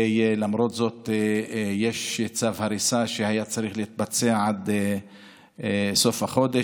ולמרות זאת יש צו הריסה שהיה צריך להתבצע עד סוף החודש.